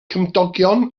cymdogion